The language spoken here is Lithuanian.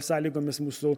sąlygomis mūsų